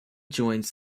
joins